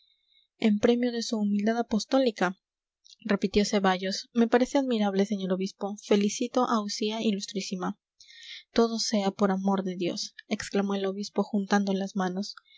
en premio de su humildad apostólica repitió ceballos me parece admirable señor obispo felicito a usía ilustrísima todo sea por amor de dios exclamó el obispo juntando las manos